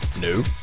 No